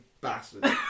bastard